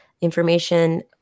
information